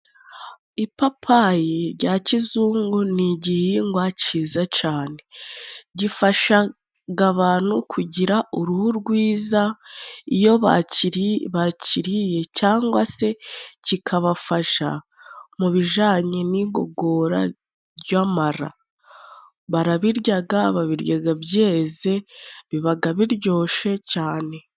Ipapayi jya kizungu ni igihingwa ciza cane. Gifashaga abantu kugira uruhu rwiza, iyo bakiri bakiriye cyangwa se kikabafasha mu bijanye n'igogora ry'amara. Barabiryaga babiryaga byeze, bibaga biryoshe cane.